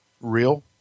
real